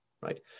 right